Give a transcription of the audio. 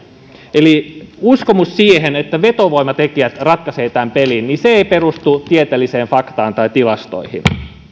eli uskomus siitä että vetovoimatekijät ratkaisevat tämän pelin ei perustu tieteelliseen faktaan tai tilastoihin